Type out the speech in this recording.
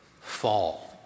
fall